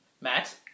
Matt